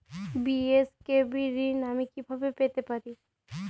BSKB ঋণ আমি কিভাবে পেতে পারি?